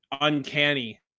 uncanny